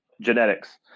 genetics